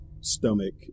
stomach